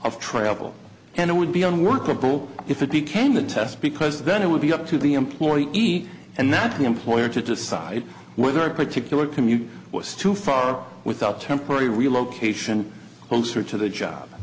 of travel and it would be unworkable if it became the test because then it would be up to the employee eat and not the employer to decide whether a particular commute was too far without a temporary relocation concert to the job